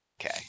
Okay